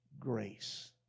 grace